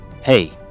Hey